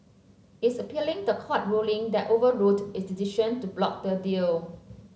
it is appealing the court ruling that overruled its decision to block the deal